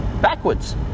backwards